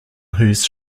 whose